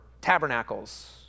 tabernacles